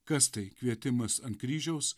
kas tai kvietimas ant kryžiaus